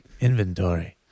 Inventory